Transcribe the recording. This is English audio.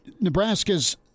Nebraska's